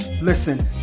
Listen